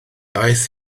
aeth